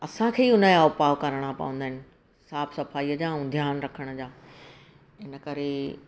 त असांखे ई हुन जो उपाउ करणा पवंदा आहिनि साफ़ु सफ़ाईअ जा ऐं ध्यानु रखण जा इनकरे